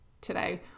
today